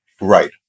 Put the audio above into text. right